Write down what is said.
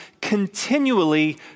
continually